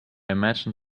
imagine